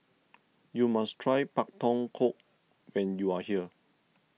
you must try Pak Thong Ko when you are here